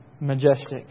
majestic